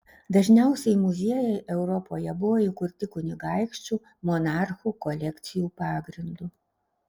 dažniausiai muziejai europoje buvo įkurti kunigaikščių monarchų kolekcijų pagrindu